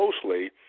closely